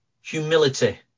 humility